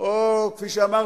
או כפי שאמרתי,